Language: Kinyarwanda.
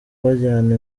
bajyana